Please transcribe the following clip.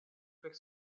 per